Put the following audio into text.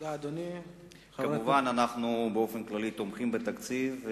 כמובן שאנחנו תומכים בתקציב,